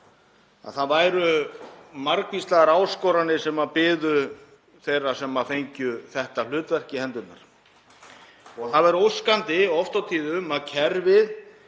að það væru margvíslegar áskoranir sem biðu þeirra sem fengju þetta hlutverk í hendurnar. Það væri óskandi oft og tíðum að kerfið